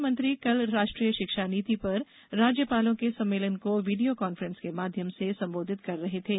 प्रधानमंत्री कल राष्ट्रीय शिक्षा नीति पर राज्यपालों के सम्मेलन को वीडियो काफ्रेंस के माध्यम से संबोधित कर रहे थे